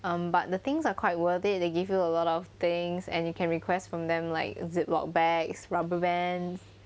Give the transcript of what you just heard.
um but the things are quite worth it they give you a lot of things and you can request from them like ziploc bags rubber band